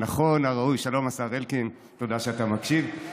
הנכון, הראוי, שלום, השר אלקין, תודה שאתה מקשיב.